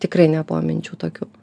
tikrai nebuvo minčių tokių